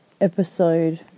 episode